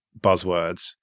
buzzwords